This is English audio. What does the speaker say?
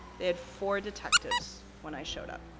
they had four detectives when i showed up.